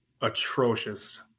atrocious